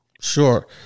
Sure